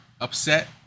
upset